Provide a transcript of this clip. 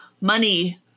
money